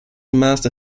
master